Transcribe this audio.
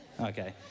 Okay